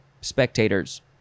spectators